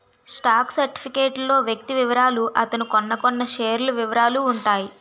stock certificate లో వ్యక్తి వివరాలు అతను కొన్నకొన్న షేర్ల వివరాలు ఉంటాయి